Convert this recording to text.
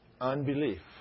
Unbelief